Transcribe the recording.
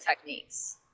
techniques